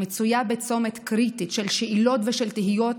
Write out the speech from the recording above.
המצויה בצומת קריטי של שאלות ושל תהיות